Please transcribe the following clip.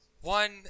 one